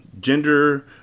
gender